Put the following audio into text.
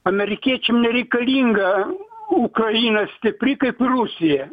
amerikiečiam nereikalinga ukraina stipri kaip rusija